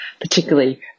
particularly